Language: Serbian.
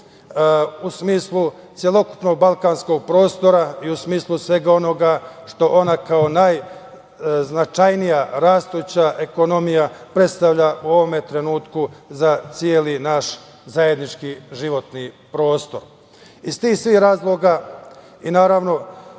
u smislu celokupnog balkanskog prostora i u smislu svega onoga što ona kao najznačajnija rastuća ekonomija predstavlja u ovom trenutku za celi naš zajednički životni prostor. Iz svih tih razloga i svega